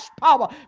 power